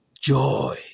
joy